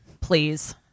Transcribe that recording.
Please